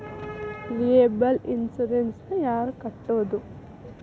Liable insurance ನ ಯಾರ್ ಕಟ್ಬೊದು?